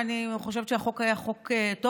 ואני חושבת שהחוק היה חוק טוב.